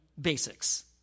basics